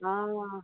आं आं